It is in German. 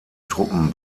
truppen